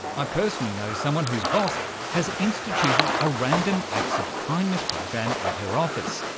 i personally know someone whose boss has instituted a random acts of kindness program in her office,